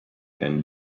and